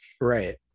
Right